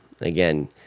again